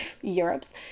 Europe's